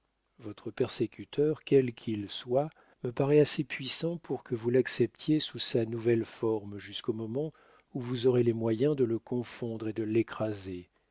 votre persécuteur quel qu'il soit me paraît assez puissant pour que vous l'acceptiez sous sa nouvelle forme jusqu'au moment où vous aurez les moyens de le confondre et de l'écraser